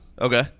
Okay